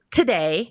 today